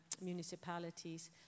municipalities